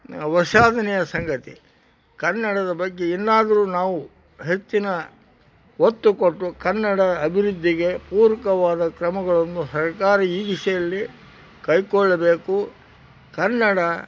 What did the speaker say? ವಿಷಾದನೀಯ ಸಂಗತಿ ಕನ್ನಡದ ಬಗ್ಗೆ ಇನ್ನಾದರೂ ನಾವು ಹೆಚ್ಚಿನ ಒತ್ತು ಕೊಟ್ಟು ಕನ್ನಡ ಅಭಿವೃದ್ಧಿಗೆ ಪೂರಕವಾದ ಕ್ರಮಗಳನ್ನು ಸರಕಾರ ಈ ದಿಸೆಯಲ್ಲಿ ಕೈಗೊಳ್ಳಬೇಕು ಕನ್ನಡ